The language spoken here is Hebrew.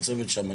הצוות שם.